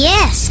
Yes